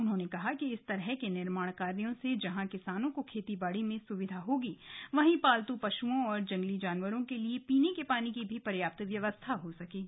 उन्होंने कहा कि इस तरह के निर्माण कार्यों से जहां किसानों को खेती बाड़ी में भी सुविधा होगी वहीं पालतू पशुओं और जंगली जानवरों के लिए पीने के पानी की पर्याप्त व्यवस्था हो सकेगी